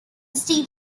steep